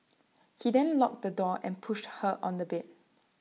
he then locked the door and pushed her on the bed